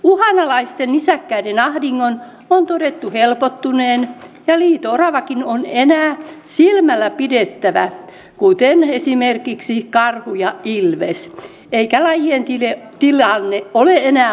uhanalaisten nisäkkäiden ahdingon on todettu helpottuneen ja liito oravakin on enää silmällä pidettävä kuten esimerkiksi karhu ja ilves eikä lajien tilanne ole enää huonontunut